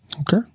Okay